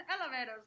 elevators